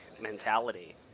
mentality